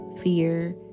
fear